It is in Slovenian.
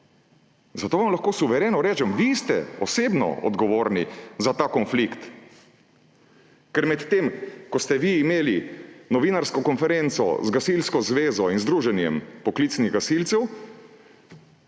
Zato vam lahko suvereno rečem, vi ste osebno odgovorni za ta konflikt. Ker medtem ko ste vi imeli novinarsko konferenco z gasilsko zvezo in združenjem poklicnih gasilcev,